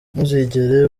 ntuzigera